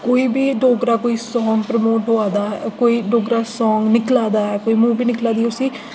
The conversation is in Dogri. कोई बी डोगरा कोई सांग प्रमोट होआ दा कोई डोगरा सांग निकला दा ऐ कोई मूवी निकला दी उस्सी